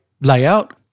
layout